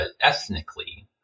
ethnically